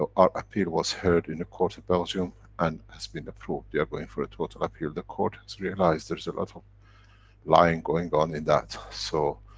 our appeal was heard in a court of belgium and has been approved, we are going for a total appeal, the court has realized there is a lot of lying going on in that. so,